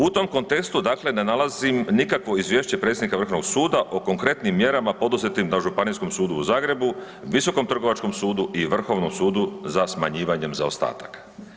U tom kontekstu dakle ne nalazim nikako izvješće predsjednika Vrhovnog suda o konkretnim mjerama poduzetim na Županijskom sudu u Zagrebu, Viskom trgovačkom sudu i Vrhovnom sudu za smanjivanjem zaostataka.